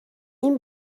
این